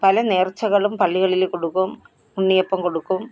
പല നേർച്ചകളും പള്ളികളിൽ കൊടുക്കും ഉണ്ണിയപ്പം കൊടുക്കും